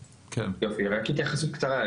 רק התייחסות קצרה.